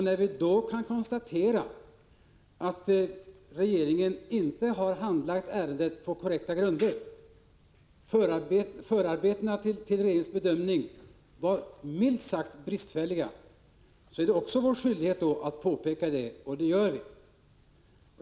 När vi då kan konstatera att regeringen inte har handlagt ärendet på korrekta grunder —- förarbetena till regeringens bedömning var minst sagt bristfälliga — är det också vår skyldighet att påpeka det, och det gör vi.